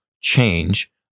change